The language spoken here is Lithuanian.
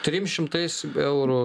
trim šimtais eurų